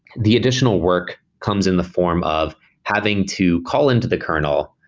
the additional work comes in the form of having to call into the kernel,